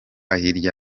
hirya